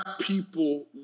people